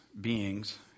beings